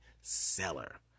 seller